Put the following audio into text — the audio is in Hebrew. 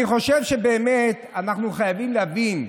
אני חושב שבאמת אנחנו חייבים להבין,